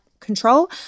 control